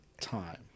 time